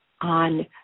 on